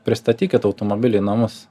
pristatykit automobilį į namus